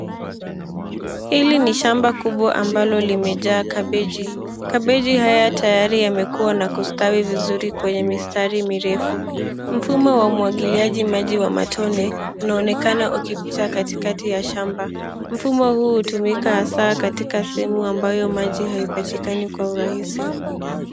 Hili ni shamba kubwa ambalo limejaa kabeji, kabeji haya tayari yamekuwa na kustawi vizuri kwenye mistari mirefu. Mfumo wa umwagiliaji maji wa matone, unaonekana ukipita katikati ya shamba. Mfumo huu hutumika hasa, katika sehemu ambayo maji haipatikani kwa urahisi.